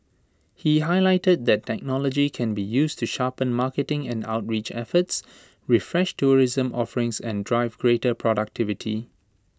he highlighted that technology can be used to sharpen marketing and outreach efforts refresh tourism offerings and drive greater productivity